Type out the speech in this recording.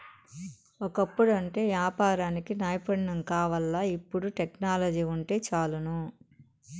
ఒకప్పుడంటే యాపారానికి నైపుణ్యం కావాల్ల, ఇపుడు టెక్నాలజీ వుంటే చాలును